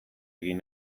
egin